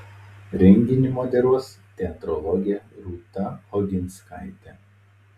renginį moderuos teatrologė rūta oginskaitė